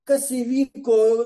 kas įvyko